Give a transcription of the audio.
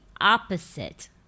opposite